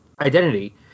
identity